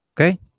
Okay